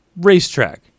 racetrack